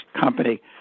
company